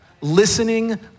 Listening